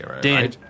Dan